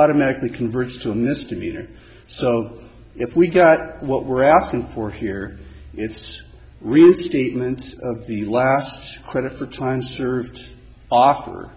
automatically converts to a misdemeanor so if we got what we're asking for here it's reinstatement of the last credit for time served october